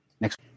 Next